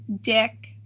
dick